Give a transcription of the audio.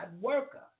worker